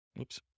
Oops